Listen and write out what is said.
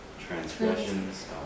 Transgressions